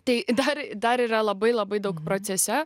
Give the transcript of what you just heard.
tai dar dar yra labai labai daug procese